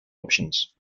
options